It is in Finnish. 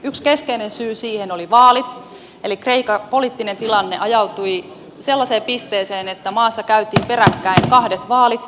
yksi keskeinen syy siihen oli vaalit eli kreikan poliittinen tilanne ajautui sellaiseen pisteeseen että maassa käytiin peräkkäin kahdet vaalit